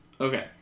Okay